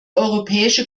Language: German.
europäische